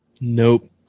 Nope